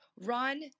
run